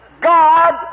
God